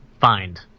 find